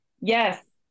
yes